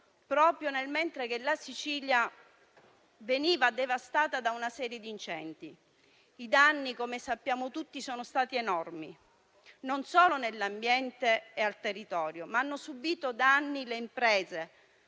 proprio mentre la Sicilia veniva devastata da una serie di incendi. I danni, come sappiamo tutti, sono stati enormi non solo per l'ambiente e per il territorio; hanno subito danni infatti